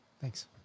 Thanks